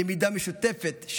למידה משותפת,